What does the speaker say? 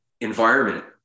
environment